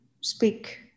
speak